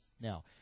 Now –